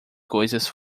coisas